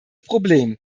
problem